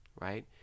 right